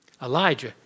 Elijah